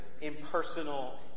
impersonal